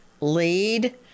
lead